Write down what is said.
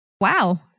wow